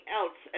else